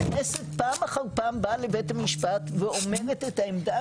הכנסת פעם אחר פעם באה לבית המשפט ואומרת את העמדה שלה.